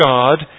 God